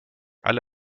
alle